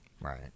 Right